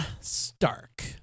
Stark